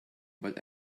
but